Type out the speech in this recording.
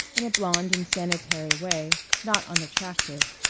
in a blonde and sanitary way, not unattractive.